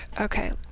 Okay